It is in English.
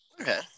Okay